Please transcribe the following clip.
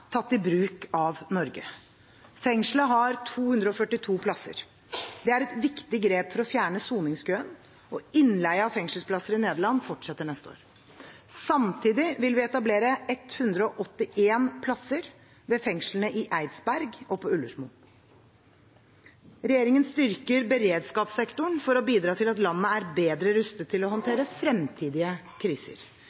tatt i bruk av Norge. Fengslet har 242 plasser. Det er et viktig grep for å fjerne soningskøen, og innleie av fengselsplasser i Nederland fortsetter til neste år. Samtidig vil vi etablere 181 plasser ved fengslene i Eidsberg og på Ullersmo. Regjeringen styrker beredskapssektoren for å bidra til at landet er bedre rustet til å håndtere fremtidige kriser.